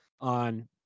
on